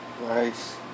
Nice